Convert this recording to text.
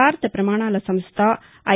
భారత ప్రమాణాల సంస్థ ఐ